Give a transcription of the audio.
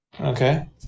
Okay